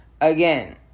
Again